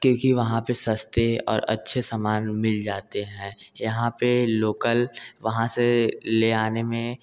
क्योंकि वहाँ पर सस्ते और अच्छे समान मिल जाते हैं यहाँ पर लोकल वहाँ से ले आने में